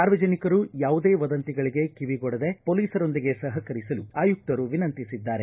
ಸಾರ್ವಜನಿಕರು ಯಾವುದೇ ವದಂತಿಗಳಿಗೆ ಕಿವಿಗೊಡದೆ ಪೊಲೀಸರೊಂದಿಗೆ ಸಹಕರಿಸಲು ಆಯುಕ್ತರು ವಿನಂತಿಸಿದ್ದಾರೆ